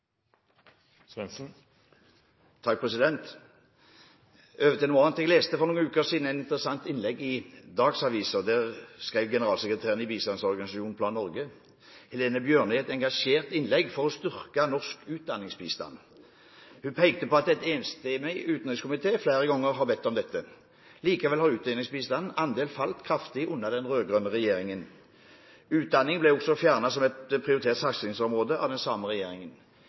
Over til noe annet. For noen uker siden leste jeg et interessant innlegg i Dagsavisen. Der skrev generalsekretæren i bistandsorganisasjonen Plan Norge, Helen Bjørnøy, et engasjert innlegg for å styrke norsk utdanningsbistand. Hun pekte på at en enstemmig utenrikskomité flere ganger hadde bedt om dette. Likevel har utdanningsbistandens andel falt kraftig under den rød-grønne regjeringen. Utdanning ble også fjernet som et prioritert satsingsområde av den samme regjeringen.